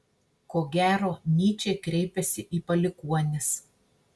ko gero nyčė kreipiasi į palikuonis